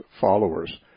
Followers